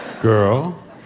Girl